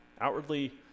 outwardly